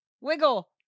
wiggle